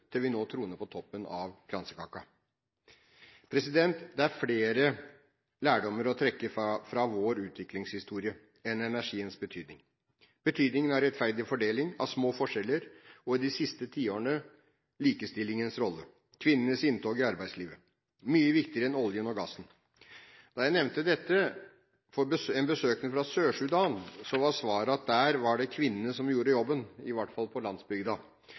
til vi nå troner på toppen av kransekaka? Det er flere lærdommer å trekke fra vår utviklingshistorie enn energiens betydning – betydningen av rettferdig fordeling og små forskjeller og de siste tiårene: likestillingens rolle, kvinnenes inntog i arbeidslivet. Dette er mye viktigere enn oljen og gassen. Da jeg nevnte dette for en besøkende fra Sør-Sudan, var svaret at der var det kvinnene som gjorde jobben, i hvert fall på landsbygda.